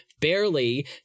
barely